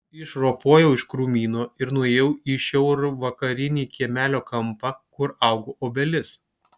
išropojau iš krūmyno ir nuėjau į šiaurvakarinį kiemelio kampą kur augo obelis